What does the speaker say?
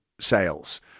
sales